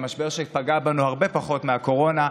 משבר שפגע בנו הרבה פחות מהקורונה,